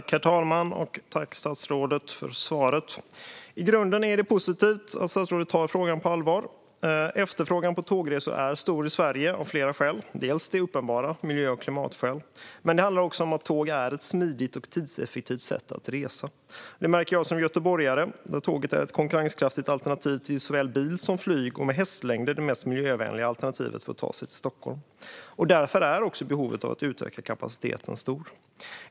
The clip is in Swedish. Herr talman! Jag tackar statsrådet för svaret. I grunden är det positivt att statsrådet tar frågan på allvar. Efterfrågan på tågresor är stor i Sverige av flera skäl. Dels finns det uppenbara skälet, nämligen miljö och klimatskäl, dels skälet att tåg är ett smidigt och tidseffektivt sätt att resa. Detta märker jag som göteborgare. Tåget är ett konkurrenskraftigt alternativ till såväl bil som flyg och med hästlängder det mest miljövänliga alternativet för att ta sig till Stockholm. Därför är också behovet av att utöka kapaciteten stort.